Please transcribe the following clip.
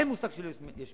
אין מושג של יש מאין.